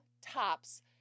tops